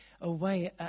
away